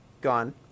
gone